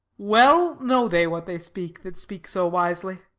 well know they what they speak that speak so wisely.